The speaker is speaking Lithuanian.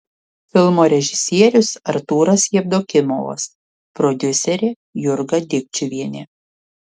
filmo režisierius artūras jevdokimovas prodiuserė jurga dikčiuvienė